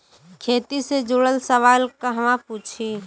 खेती से जुड़ल सवाल कहवा पूछी?